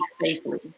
safely